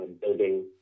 building